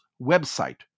website